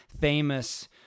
famous